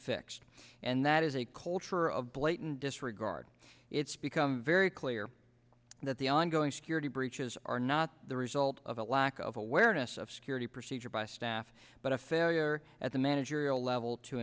fixed and that is a culture of blatant disregard it's become very clear that the ongoing security breaches are not the result of a lack of awareness of security procedures by staff but a failure at the managerial level to